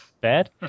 bad